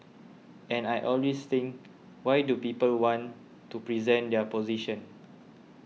and I always think why do people want to present their position